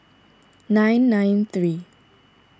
nine nine three